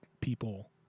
people